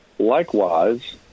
Likewise